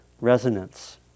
resonance